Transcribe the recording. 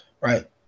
Right